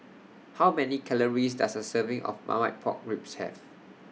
How Many Calories Does A Serving of Marmite Pork Ribs Have